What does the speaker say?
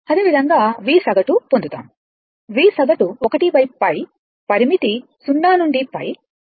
అదే విధంగా V సగటు పొందుతాము V సగటు 1π పరిమితి 0 నుండి π